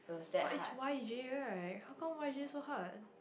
what is Y_J how come Y_J so hard